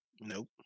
Nope